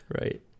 Right